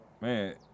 man